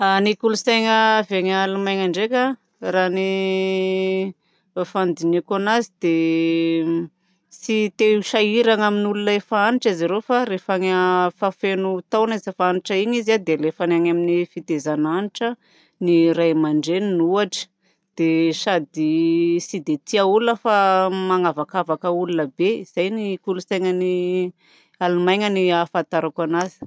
Ny kolontsaina avy any Alemaina ndraika raha ny fandinihako anazy dia tsy te ho sahirana amin'olona efa antitra zareo fa rehefa feno taona sy efa antitra iny izy dia halefany any amin'ny fitaizana antitra ny ray aman-dreniny ohatra dia sady tsy dia tia olona fa manavakavaka olona be. Izay ny kolontsaina ny Alemaina ny fahafantarako anazy.